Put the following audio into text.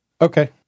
Okay